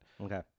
Okay